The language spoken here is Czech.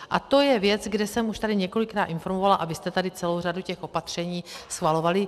A to je věc, kde jsem tady už několikrát informovala, a vy jste tady celou řadu těch opatření schvalovali.